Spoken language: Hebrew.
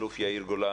האלוף יאיר גולן.